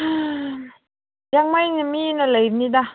ꯍꯥ ꯂꯤꯌꯥꯡꯃꯩꯅ ꯃꯤꯅ ꯂꯩꯕꯅꯤꯗ